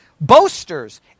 Boasters